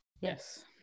Yes